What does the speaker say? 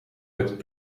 met